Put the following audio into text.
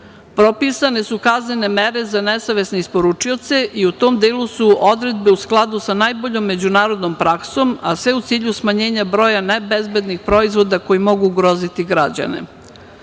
su kaznene mere za nesavesne isporučioce i u tom delu su odredbe u skladu sa najboljom međunarodnom praksom, a sve u cilj smanjenja broja nebezbednih proizvoda koji mogu ugroziti građane. Dakle,